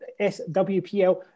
SWPL